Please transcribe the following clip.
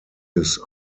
his